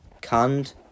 canned